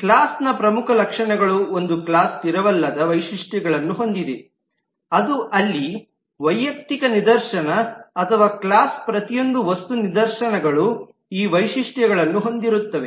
ಕ್ಲಾಸ್ನ ಪ್ರಮುಖ ಲಕ್ಷಣಗಳು ಒಂದು ಕ್ಲಾಸ್ ಸ್ಥಿರವಲ್ಲದ ವೈಶಿಷ್ಟ್ಯಗಳನ್ನು ಹೊಂದಿದೆ ಅದು ಅಲ್ಲಿ ವೈಯಕ್ತಿಕ ನಿದರ್ಶನ ಅಥವಾ ಕ್ಲಾಸ್ ಪ್ರತಿಯೊಂದು ವಸ್ತು ನಿದರ್ಶನಗಳು ಈ ವೈಶಿಷ್ಟ್ಯಗಳನ್ನು ಹೊಂದಿರುತ್ತವೆ